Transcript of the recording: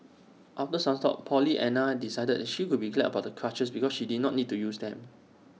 after some thought Pollyanna decided she could be glad about the crutches because she did not need to use them